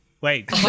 Wait